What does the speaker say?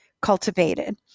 cultivated